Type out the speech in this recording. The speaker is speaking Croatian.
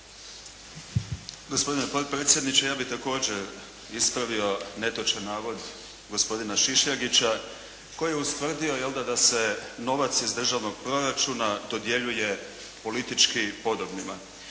Gospodine potpredsjedniče, ja bih također ispravio netočan navod gospodina Šišljagića koji je ustvrdio da se novac iz državnog proračuna dodjeljuje politički podobnima.